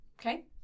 Okay